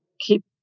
keep